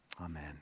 Amen